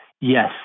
yes